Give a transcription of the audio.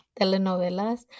telenovelas